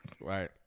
Right